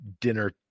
dinner